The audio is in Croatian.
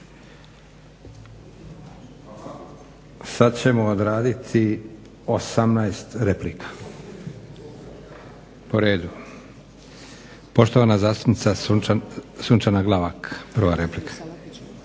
Sad ćemo odraditi 18 replika po redu. Poštovana zastupnica Sunčana Glavak, prva replika.